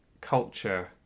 culture